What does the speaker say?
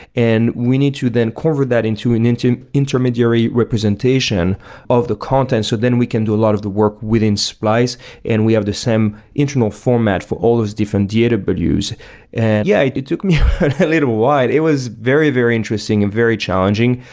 and we need to then convert that into an intermediary representation of the content, so then we can do a lot of the work within supplies and we have the same internal format for all those different data but values and yeah, it it took me a little while. it was very, very interesting and very challenging.